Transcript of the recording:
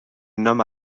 nomme